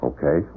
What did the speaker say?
Okay